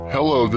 Hello